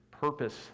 purpose